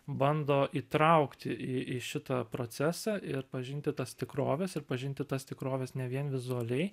bando įtraukti į į šitą procesą ir pažinti tas tikroves ir pažinti tas tikroves ne vien vizualiai